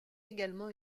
également